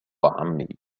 عمي